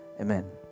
Amen